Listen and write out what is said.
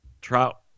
Trout